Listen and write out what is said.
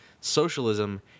socialism